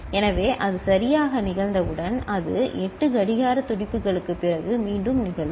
எனவே அது சரியாக நிகழ்ந்தவுடன் அது 8 கடிகார துடிப்புகளுக்குப் பிறகு மீண்டும் நிகழும்